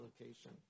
location